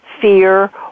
fear